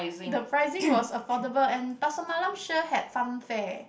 the pricing was affordable and Pasar Malam sure had fun fair